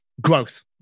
Growth